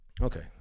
Okay